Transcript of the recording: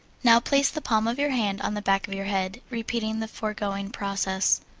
now place the palm of your hand on the back of your head, repeating the foregoing process.